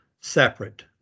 separate